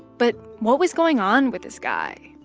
but what was going on with this guy?